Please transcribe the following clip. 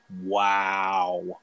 Wow